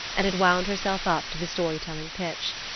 and had wound herself up to the storytelling pitch.